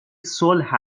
صلح